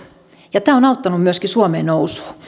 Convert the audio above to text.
ja tämä on auttanut myöskin suomea nousuun